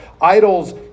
idols